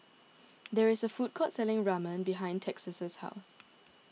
there is a food court selling Ramen behind Texas' house